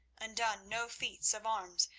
and done no feats of arms,